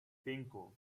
cinco